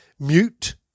Mute